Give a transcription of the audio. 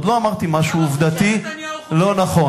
עוד לא אמרתי משהו עובדתי לא נכון.